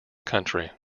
country